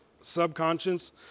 subconscious